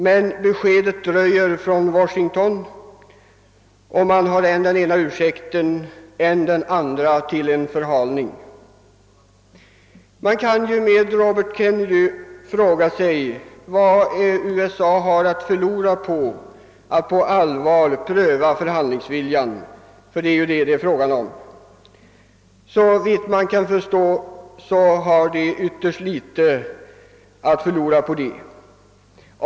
Men beskedet från Washington dröjer, och man har än den ena än den andra ursäkten för förhalningen. Man kan med senator Robert Kennedy fråga sig, vad USA har att förlora på att på allvar pröva förhandlingsviljan. Ty det är ju det saken gäller. Såvitt jag kan förstå har USA ytterst litet att förlora härpå.